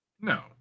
no